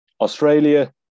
Australia